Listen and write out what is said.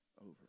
over